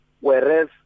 Whereas